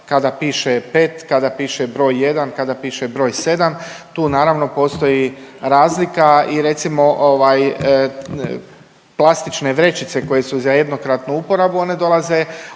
kada piše 5, kada piše broj 1, kada piše broj 7. Tu naravno postoji razlika i recimo plastične vrećice koje su za jednokratnu uporabu one dolaze